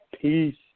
Peace